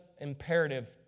imperative